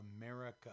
America